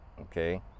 Okay